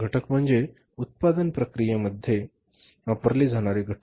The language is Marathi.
घटक म्हणजे उत्पादन प्रक्रिया मध्ये वापरले जाणारे घटक